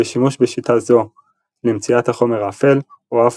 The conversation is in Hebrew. ושימוש בשיטה זו למציאת החומר האפל או אף